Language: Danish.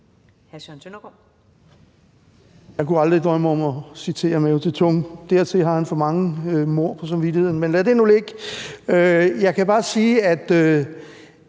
Jeg kunne aldrig drømme om at citere Mao Zedong – dertil har han for mange mord på samvittigheden. Men lad det nu ligge. Jeg kan bare sige, at